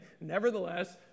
Nevertheless